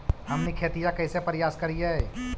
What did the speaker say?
हमनी खेतीया कइसे परियास करियय?